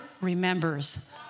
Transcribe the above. remembers